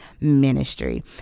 ministry